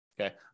okay